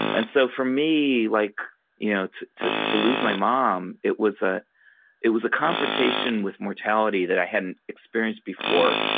and so, for me like you know to to lose my mom, it was ah it was a confrontation with mortality that i hadn't experienced before.